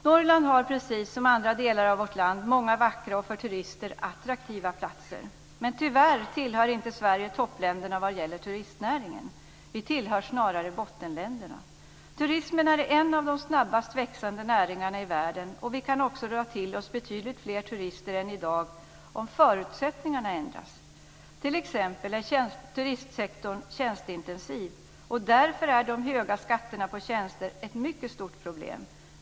Norrland har, precis som andra delar av vårt land, många vackra och för turister attraktiva platser. Men tyvärr tillhör inte Sverige toppländerna vad gäller turistnäringen. Vi tillhör snarare bottenländerna. Turismen är en av de snabbast växande näringarna i världen, och vi kan också dra till oss betydligt fler turister än i dag om förutsättningarna ändras. T.ex. är turistsektorn tjänsteintensiv, och därför är de höga skatterna på tjänster ett mycket stort problem.